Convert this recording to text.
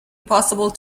possible